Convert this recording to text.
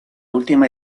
última